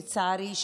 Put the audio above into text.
לצערי,